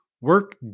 work